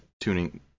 tuning